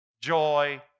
Joy